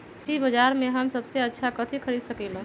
कृषि बाजर में हम सबसे अच्छा कथि खरीद सकींले?